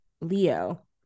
Leo